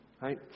right